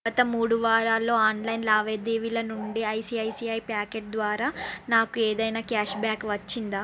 గత మూడు వారాల్లో ఆన్లైన్ లావాదేవీల నుండి ఐసిఐసిఐ ప్యాకెట్ ద్వారా నాకు ఏదైనా క్యాష్ బ్యాక్ వచ్చిందా